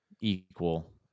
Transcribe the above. equal